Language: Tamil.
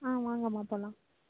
ஆ வாங்கம்மா போகலாம்